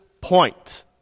point